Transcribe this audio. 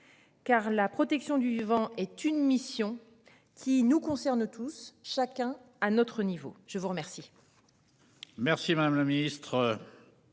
Car la protection du vivant est une mission qui nous concerne tous, chacun à notre niveau, je vous remercie. Merci madame le Ministre.